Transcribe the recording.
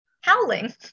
Howling